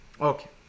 Okay